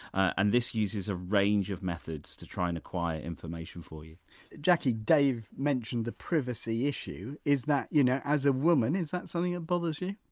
and this uses a range of methods to try and acquire information for you jackie, dave mentioned the privacy issue is that you know as a woman is that something that ah bothers you?